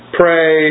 pray